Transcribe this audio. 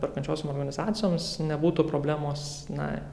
perkančiosiom organizacijoms nebūtų problemos na